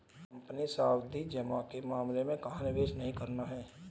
Company सावधि जमा के मामले में कहाँ निवेश नहीं करना है?